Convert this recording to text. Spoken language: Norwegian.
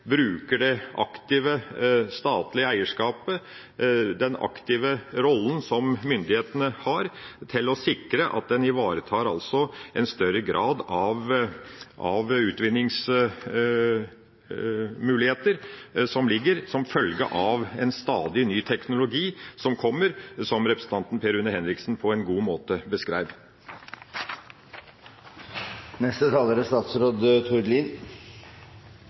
bruker det aktive statlige eierskapet, den aktive rollen som myndighetene har, til å sikre at en ivaretar en større grad av de utvinningsmuligheter som foreligger, som følge av stadig ny teknologi som kommer, som representanten Per Rune Henriksen på en god måte